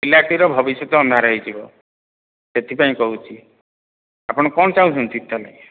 ପିଲାଟିର ଭବିଷ୍ୟତ ଅନ୍ଧାର ହେଇଯିବ ସେଥିପାଇଁ କହୁଛି ଆପଣ କ'ଣ ଚାହୁଁଚନ୍ତି ତା'ହେଲେ